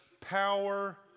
power